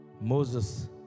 Moses